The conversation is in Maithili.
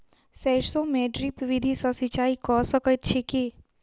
सैरसो मे ड्रिप विधि सँ सिंचाई कऽ सकैत छी की?